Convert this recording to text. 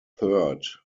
third